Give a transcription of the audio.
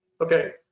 okay